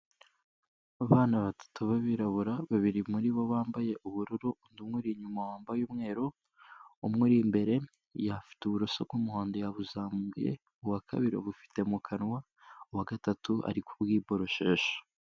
Abana batatu b'abirabura babiri muri bo bambaye ubururu, undi umuri inyuma wambaye umweru, umwe uri imbere afite uburoso bw'umuhondo yabuzamuye, uwa kabiri abufite mu kanwa, uwa gatatu ari kubwiboroshesha.